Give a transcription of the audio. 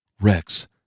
Rex